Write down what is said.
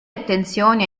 attenzioni